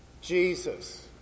Jesus